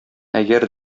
әгәр